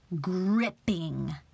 gripping